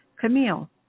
Camille